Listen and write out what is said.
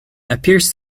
appears